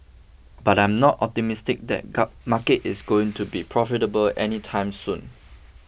but I'm not optimistic that market is going to be profitable any time soon